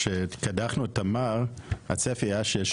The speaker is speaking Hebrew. כשקדחנו את תמר, הצפי היה שיש